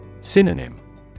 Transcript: Synonym